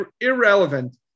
irrelevant